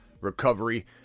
recovery